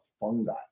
fungi